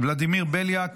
ולדימיר בליאק,